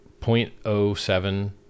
0.07